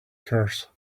curse